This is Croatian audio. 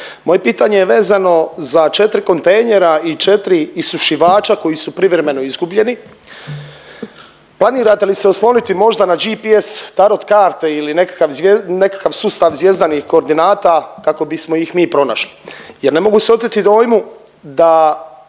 Moje pitanje je vezano za 4 kontejnera i 4 isušivača koji su privremeno izgubljeni. Planirate li se osloniti možda na GPS, tarot karte ili nekakav, nekakav sustav zvjezdanih koordinata kako bismo ih mi pronašli jer ne mogu se oteti dojmu da